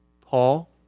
Paul